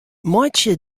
meitsje